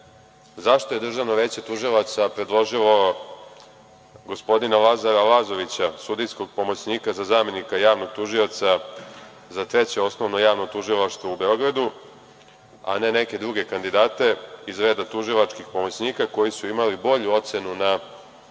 zašto je Državno veće tužilaca predložilo gospodina Lazara Lazovića, sudijskog pomoćnika za zamenika javnog tužioca za Treće osnovno javno tužilaštvo u Beogradu, a ne neke druge kandidate iz reda tužilačkih pomoćnika koji su imali bolju ocenu na